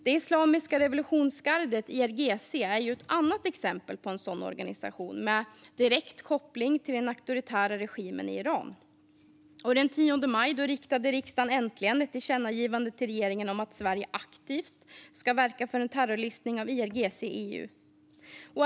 Det islamiska revolutionsgardet, IRGC, är ett annat exempel på en sådan organisation, med direkt koppling till den auktoritära regimen i Iran. Den 10 maj riktade riksdagen äntligen ett tillkännagivande till regeringen om att Sverige aktivt ska verka för en terrorlistning av IRGC i EU.